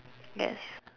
yes